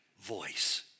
voice